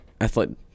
athletic